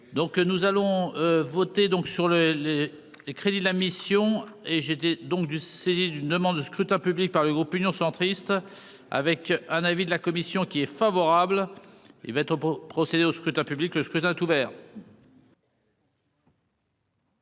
sur les, les, les crédits de la mission et j'étais donc du saisie d'une demande de scrutin public par le groupe Union centriste avec un avis de la commission qui est favorable, il va être pour procéder au scrutin public le scrutin tout ouvert.